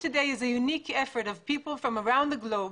(אומרת את הדברים באנגלית,